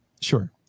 Sure